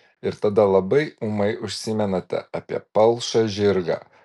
ir tada labai ūmai užsimenate apie palšą žirgą